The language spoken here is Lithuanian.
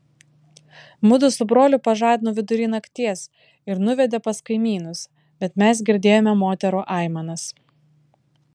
mudu su broliu pažadino vidury nakties ir nuvedė pas kaimynus bet mes girdėjome moterų aimanas